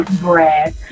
Brad